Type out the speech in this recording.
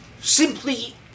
simply